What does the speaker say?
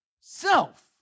self